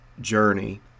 journey